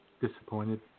disappointed